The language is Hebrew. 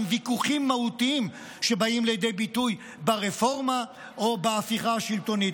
עם ויכוחים מהותיים שבאים לידי ביטוי ברפורמה או בהפיכה השלטונית,